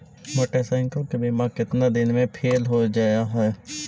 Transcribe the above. Motorcycle के बिमा केतना दिन मे फेल हो जा है?